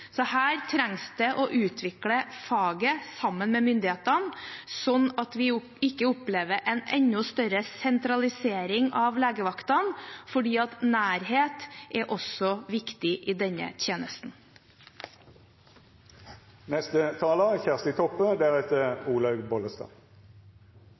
Så her trenger man å utvikle faget sammen med myndighetene, slik at vi ikke opplever en enda større sentralisering av legevaktene, for nærhet er også viktig i denne